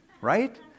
right